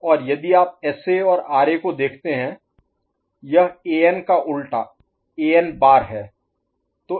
और यदि आप SA और RA को देखते हैं यह एन का उल्टा एन बार An' है